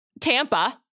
Tampa